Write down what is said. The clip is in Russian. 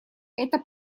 эта